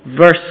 verse